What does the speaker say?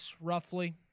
roughly